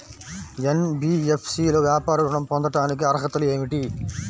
NBFC లో వ్యాపార ఋణం పొందటానికి అర్హతలు ఏమిటీ?